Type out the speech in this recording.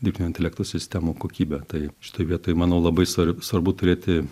dirbtinio intelekto sistemų kokybę tai šitoj vietoj manau labai svar svarbu turėti